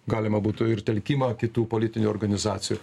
galima būtų ir telkimą kitų politinių organizacijų